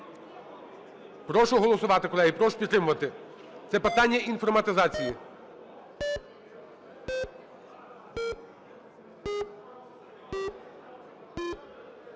прошу голосувати, колеги, прошу підтримувати, це питання інформатизації.